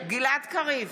גלעד קריב,